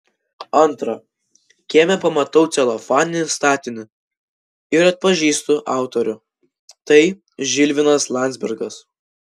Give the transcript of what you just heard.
antra kieme pamatau celofaninį statinį ir atpažįstu autorių tai žilvinas landzbergas